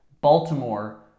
Baltimore